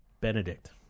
Benedict